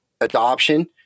adoption